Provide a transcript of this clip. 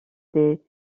des